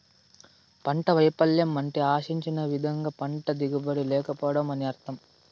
పంట వైపల్యం అంటే ఆశించిన విధంగా పంట దిగుబడి లేకపోవడం అని అర్థం